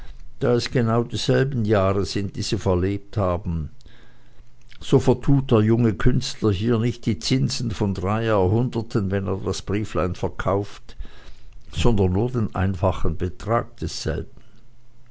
da es genau dieselben jahre sind die sie verlebt haben so vertut der junge künstler hier nicht die zinsen von drei jahrhunderten wenn er das brieflein verkauft sondern nur den einfachen betrag desselben